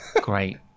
Great